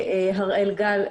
והראל גל,